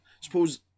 Suppose